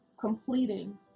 completing